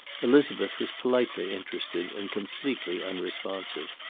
elizabeth was politely interested and completely unresponsive.